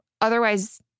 Otherwise